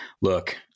look